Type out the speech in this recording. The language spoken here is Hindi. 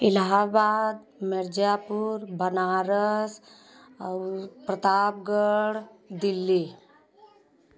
इलाहबाद मिर्जापुर बनारस और प्रतापगढ़ दिल्ली